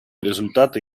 результаты